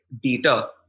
data